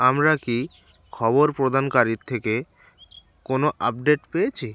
আমরা কি খবর প্রদানকারীর থেকে কোনো আপডেট পেয়েছি